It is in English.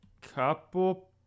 couple